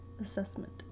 assessment